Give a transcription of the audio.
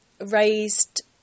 Raised